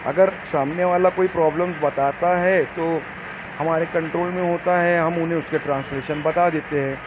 اگر سامنے والے کوئی پرابلم بتاتا ہے تو ہمارے کنٹرول میں ہوتا ہے ہم انہیں اس کے ٹرانسلیشن بتا دیتے ہیں